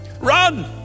Run